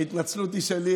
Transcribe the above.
ההתנצלות היא שלי,